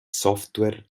software